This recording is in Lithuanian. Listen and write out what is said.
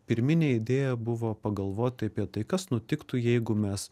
pirminė idėja buvo pagalvoti apie tai kas nutiktų jeigu mes